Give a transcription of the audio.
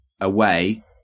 away